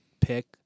pick